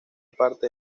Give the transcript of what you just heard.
parte